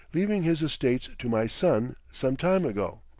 leaving his estates to my son, some time ago.